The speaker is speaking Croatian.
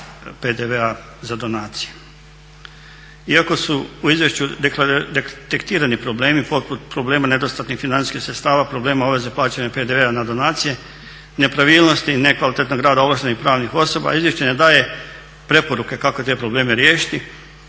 PDV-a za donacije. Iako su u izvješću detektirani problemi poput problema nedostatnih financijskih sredstava problema obveze plaćanja PDV-a na donacije, nepravilnosti i nekvalitetnog rada ovlaštenih pravnih osoba. Izvješće ne daje preporuke kako te probleme riješiti